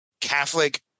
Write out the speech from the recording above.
Catholic